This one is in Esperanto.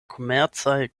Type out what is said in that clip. komercaj